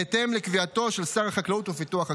בהתאם לקביעתו של שר החקלאות ופיתוח הכפר.